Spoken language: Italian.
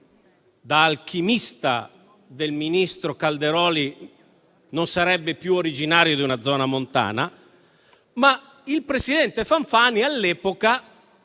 da alchimista del ministro Calderoli, non sarebbe più originario di una zona montana. Il presidente Fanfani all'epoca